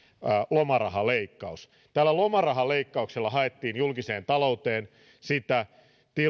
lomarahaleikkaus tällä lomarahaleikkauksella haettiin julkiseen talouteen sitä